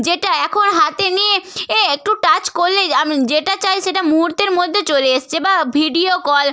যেটা এখন হাতে নিয়ে এ একটু টাচ করলেই আমি যেটা চাই সেটা মুহূর্তের মধ্যে চলে এসেছে বা ভিডিও কল